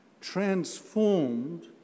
transformed